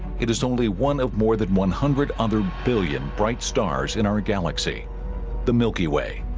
it is only one of more than one hundred other billion bright stars in our galaxy the milky way